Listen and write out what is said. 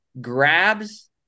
grabs